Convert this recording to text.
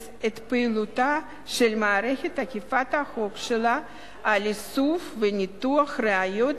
את הפעילות של מערכת אכיפת החוק שלה על איסוף וניתוח ראיות